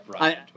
right